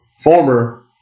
former